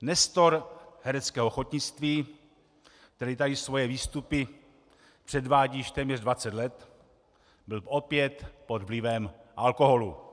Nestor hereckého ochotnictví, který tady svoje výstupy předvádí již téměř dvacet let, byl opět pod vlivem alkoholu.